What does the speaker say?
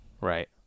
Right